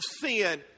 sin